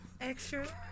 extra